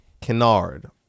Kennard